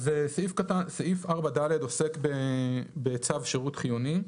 אז סעיף 4ד עוסק בצו שירות חיוני.